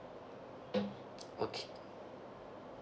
okay